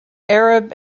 arab